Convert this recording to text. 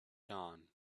dawn